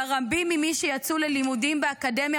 שבה רבים ממי שיצאו ללימודים באקדמיה